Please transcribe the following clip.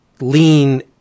lean